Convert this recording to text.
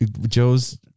Joe's